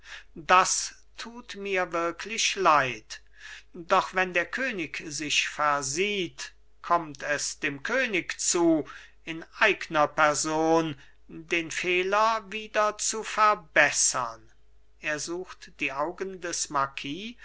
das tut mir wirklich leid doch wenn der könig sich versieht kommt es dem könig zu in eigner person den fehler wieder zu verbessern er sucht die augen des